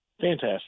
Fantastic